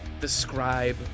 describe